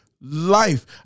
life